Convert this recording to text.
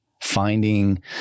finding